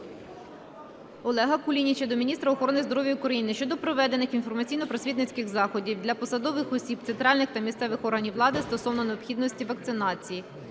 Олега Кулініча до міністра охорони здоров'я України щодо проведених інформаційно-просвітницьких заходів для посадових осіб центральних та місцевих органів влади стосовно необхідності вакцинації.